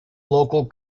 local